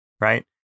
Right